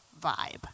vibe